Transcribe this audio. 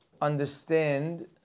understand